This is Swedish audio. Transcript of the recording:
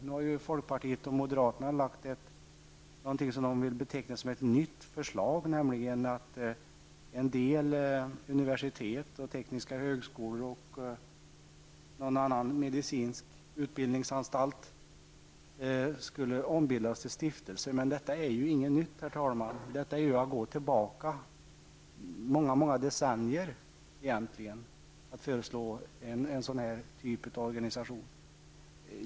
Nu har folkpartiet och moderaterna lagt fram någonting som de vill beteckna som ett nytt förslag, nämligen att en del universitet, tekniska högskolor och någon medicinsk utbildningsanstalt skall ombildas till stiftelser. Detta är ingenting nytt, herr talman, utan det är egentligen att gå tillbaka många decennier i tiden.